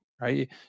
right